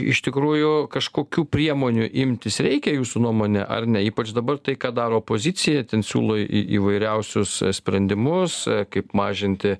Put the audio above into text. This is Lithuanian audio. iš tikrųjų kažkokių priemonių imtis reikia jūsų nuomone ar ypač dabar tai ką daro opozicija ten siūlo į įvairiausius sprendimus kaip mažinti